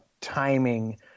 timing